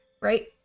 right